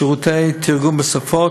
שירותי תרגום לשפות,